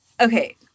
Okay